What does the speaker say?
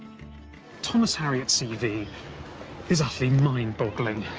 thomas harriot's cv is utterly mind-boggling.